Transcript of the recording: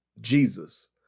Jesus